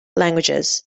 languages